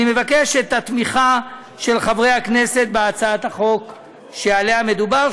אני מבקש את התמיכה של חברי הכנסת בהצעת החוק שעליה מדובר,